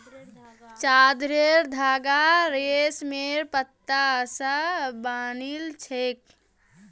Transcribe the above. चादरेर धागा रेशमेर पत्ता स बनिल छेक